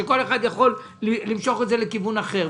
שכל אחד יכול למשוך את זה לכיוון אחר.